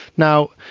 now,